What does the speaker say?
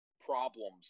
problems